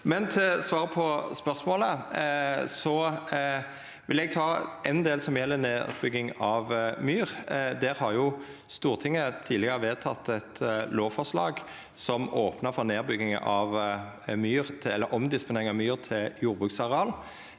Til svaret på spørsmålet: Eg vil ta ein del som gjeld nedbygging av myr. Der har Stortinget tidlegare vedteke eit lovforslag som opnar for omdisponering av myr til jordbruksareal,